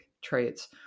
traits